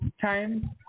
time